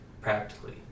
practically